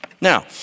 Now